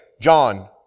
John